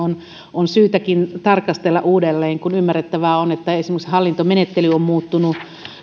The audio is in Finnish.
on syytäkin tarkastella uudelleen kun ymmärrettävää on että esimerkiksi hallintomenettely on muuttunut